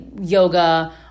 yoga